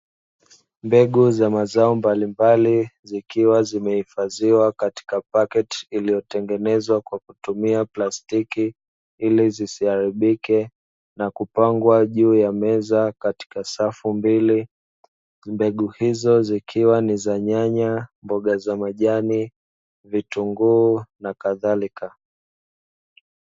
Mbegu za mazao mbalimbali zikiwa zimehifadhiwa katika paketi iliyotengenezwa kwa kutumia plastiki ili zisiharibike na kupangwa juu ya meza katika safu mbili, mbegu hizo zikiwa ni za nyanya mboga za majani vitunguu na kadhalika.